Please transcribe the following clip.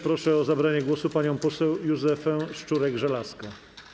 Proszę o zabranie głosu panią poseł Józefę Szczurek-Żelazko.